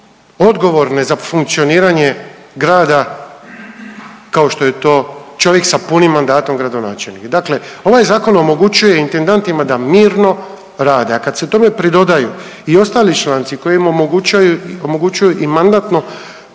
odgovorne za funkcioniranje grada kao što je to čovjek sa punim mandatom gradonačelnika. Dakle, ovaj zakon omogućuje intendantima da mirno rade, a kad se tome pridodaju i ostali članci koji im omogućuju i mandatno